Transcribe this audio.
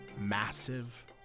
massive